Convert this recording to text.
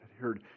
heard